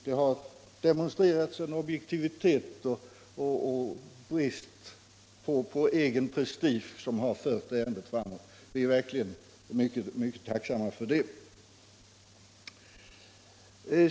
Det har visats en objektivitet och brist på egen prestige som fört ärendena framåt. Vi är verkligen mycket tacksamma för detta.